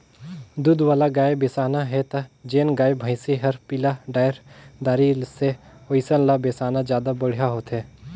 दूद वाला गाय बिसाना हे त जेन गाय, भइसी हर पिला डायर दारी से ओइसन ल बेसाना जादा बड़िहा होथे